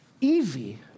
easy